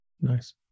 Nice